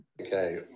Okay